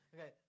Okay